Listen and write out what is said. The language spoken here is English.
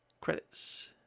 Credits